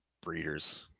breeders